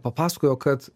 papasakojo kad